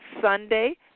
Sunday